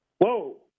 Whoa